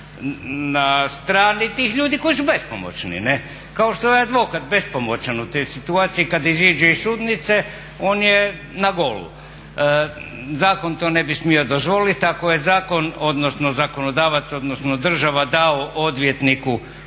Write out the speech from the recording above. na strani tih ljudi koji su bespomoćni ne'. Kao što je advokat bespomoćan u toj situaciji kad izađe iz sudnice, on je na golom. Zakon to ne bi smio dozvoliti. Ako je zakon, odnosno zakonodavac odnosno država dao odvjetniku